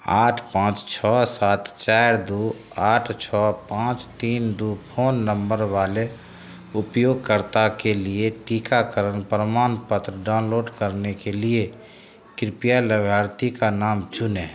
आठ पाँच छः सात चार दो आठ छः पाँच तीन दो फोन नम्बर वाले उपयोगकर्ता के लिए टीकाकरण प्रमाणपत्र डाउनलोड करने के लिए कृपया लाभार्थी का नाम चुनें